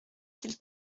qu’il